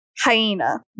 Hyena